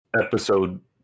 episode